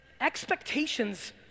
expectations